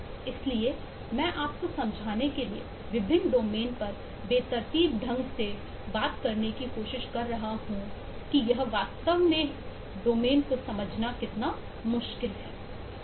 इसलिए मैं आपको समझाने के लिए विभिन्न डोमेन को समझना मुश्किल है